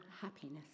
happiness